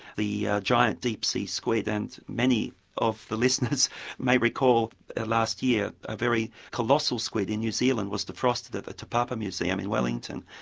the giant deep sea squid and many of the listeners may recall last year a very colossal squid in new zealand was defrosted at the tapapa museum in wellington.